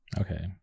Okay